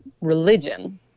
religion